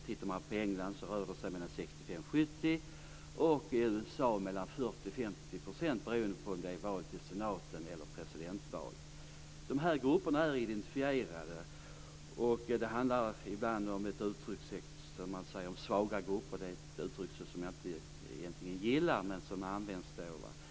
Tittar man på England rör det sig om mellan 65 % och 70 %, och i USA mellan 40 % och 50 %, beroende på om det är val till senaten eller presidentval. De här grupperna är identifierade. Det handlar ibland om, som man säger, svaga grupper. Det är ett uttryck som jag egentligen inte gillar, men som används.